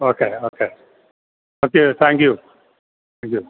okay okay okay thank you